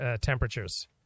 temperatures